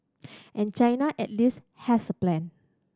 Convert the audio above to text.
and China at least has a plan